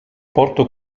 porto